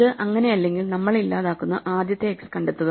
ഇത് അങ്ങനെയല്ലെങ്കിൽ നമ്മൾ ഇല്ലാതാക്കുന്ന ആദ്യത്തെ x കണ്ടെത്തുക